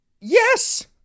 yes